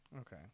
Okay